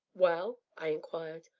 well? i inquired.